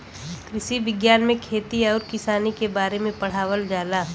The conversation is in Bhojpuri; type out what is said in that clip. कृषि विज्ञान में खेती आउर किसानी के बारे में पढ़ावल जाला